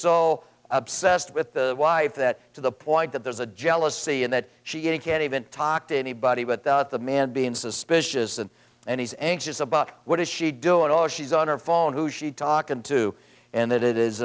so obsessed with the wife that to the point that there's a jealousy in that she can't even talk to anybody but the man being suspicious and and he's anxious about what does she do it all she's on her phone who she talkin to and that it is